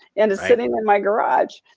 and it's sitting in my garage.